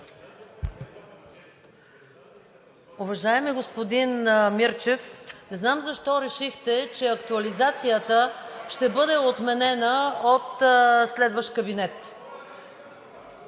Уважаеми господин Мирчев, не знам защо решихте, че актуализацията ще бъде отменена от следващ кабинет.